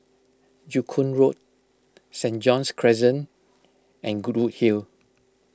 Joo Koon Road Saint John's Crescent and Goodwood Hill